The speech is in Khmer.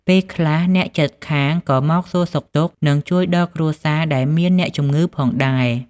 ពេលខ្លះទៀត អ្នកជិតខាងក៏មកសួរសុខទុក្ខ និងជួយដល់គ្រួសារដែលមានអ្នកជម្ងឺផងដែរ។